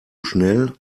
schnell